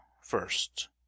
first